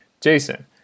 Jason